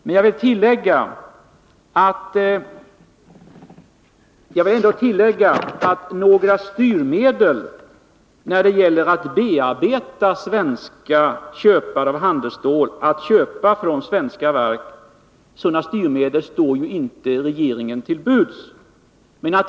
Men jag vill tillägga att några styrmedel för att bearbeta svenska köpare av handelsstål att köpa från svenska verk inte står regeringen till buds.